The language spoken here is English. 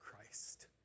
Christ